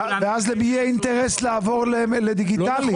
ואז למי יהיה אינטרס לעבור לדיגיטלי?